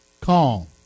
calm